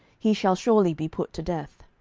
he shall surely be put to death.